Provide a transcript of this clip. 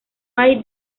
hay